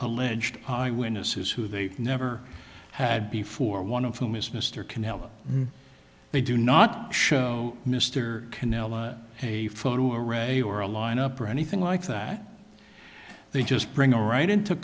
alleged eyewitnesses who they never had before one of them is mr canelo they do not show mr canela a photo array or a lineup or anything like that they just bring a right